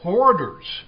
Hoarders 。